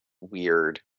weird